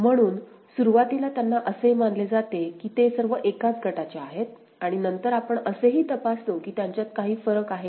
म्हणून सुरुवातीला त्यांना असे मानले जाते की ते सर्व एकाच गटाचे आहेत आणि नंतर आपण असे तपासतो की त्यांच्यात काही फरक आहे का